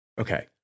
Okay